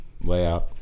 layout